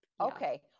Okay